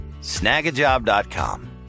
Snagajob.com